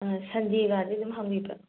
ꯁꯟꯗꯦꯒꯗꯤ ꯑꯗꯨꯝ ꯍꯥꯡꯕꯤꯕ꯭ꯔꯣ